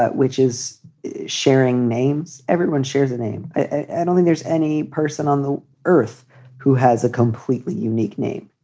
ah which is sharing names. everyone shares a name. i don't think there's any person on the earth who has a completely unique name